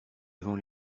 devant